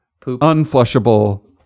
unflushable